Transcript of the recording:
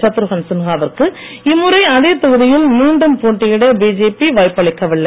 சத்ருகன் சின்ஹா விற்கு இம்முறை அதே தொகுதியில் மீண்டும் போட்டியிட பிஜேபி வாய்ப்பளிக்கவில்லை